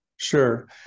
Sure